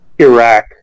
Iraq